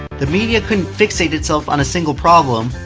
the media couldn't fixate itself on a single problem,